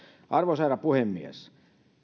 arvoisa herra puhemies